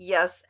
Yes